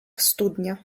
studnia